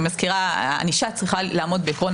אני מזכירה שענישה צריכה לעמוד בעקרון